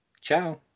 Ciao